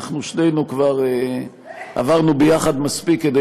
אנחנו שנינו כבר עברנו ביחד מספיק כדי